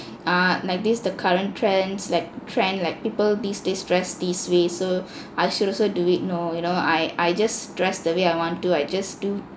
err like this is the current trends like trend like people these days dress this way so I should also do it no you know I I just dress the way I want to I just do